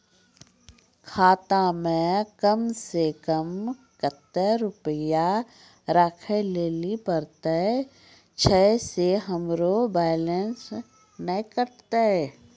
खाता मे कम सें कम कत्ते रुपैया राखै लेली परतै, छै सें हमरो बैलेंस नैन कतो?